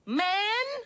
man